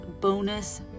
bonus